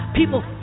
people